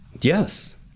Yes